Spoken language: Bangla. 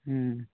হুম